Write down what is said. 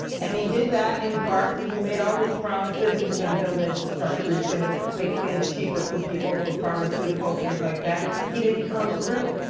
and he did that in part because he made all these promises. he was going to build infrastructure. he's gonna make things cheaper for people, for pharmaceuticals, things like that. he didn't come through.